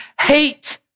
hate